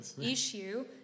issue